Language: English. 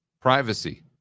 privacy